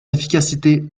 efficacité